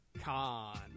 con